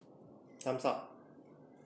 thumbs up